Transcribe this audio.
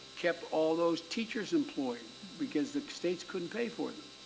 kept all those teachers employed because the states can pay for them.